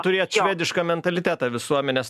turėt švedišką mentalitetą visuomenės